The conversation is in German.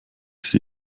sie